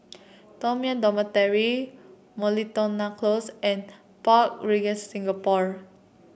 Toh Dormitory Miltonia Close and Park Regis Singapore